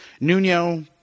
Nuno